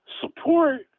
support